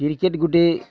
cricket ଗୁଟେ